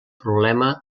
problema